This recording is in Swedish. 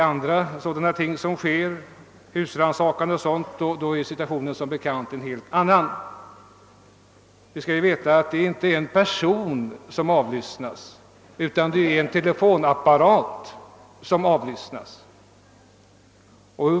Vid husrannsakan t.ex. är situationen som bekant en helt annan. Det är nämligen inte en person utan en telefonapparat som avlyssnas.